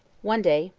one day,